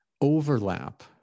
overlap